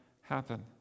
happen